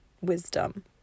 wisdom